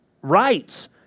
rights